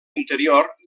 interior